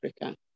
Africa